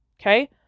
Okay